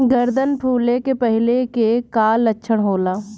गर्दन फुले के पहिले के का लक्षण होला?